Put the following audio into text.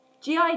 GI